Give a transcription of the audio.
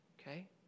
Okay